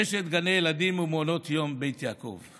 רשת גני ילדים ומעונות יום בית יעקב.